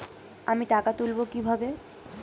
আমি টাকা তুলবো কি ভাবে?